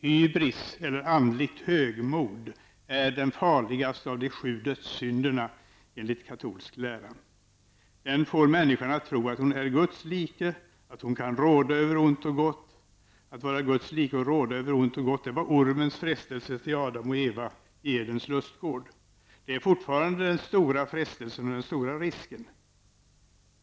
Hybris, eller andligt övermod, är den farligaste av de sju dödssynderna, enligt katolsk lära. Den får människan att tro att hon är Guds like och att hon kan råda över ont och gott. Att vara Guds like och råda över ont och gott var ormens frestelse till Adam och Eva i Edens lustgård. Det är fortfarande den stora frestelsen och den stora risken.